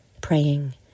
praying